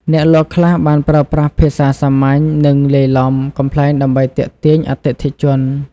អ្នកលក់ខ្លះបានប្រើប្រាស់ភាសាសាមញ្ញនិងលាយឡំកំប្លែងដើម្បីទាក់ទាញអតិថិជន។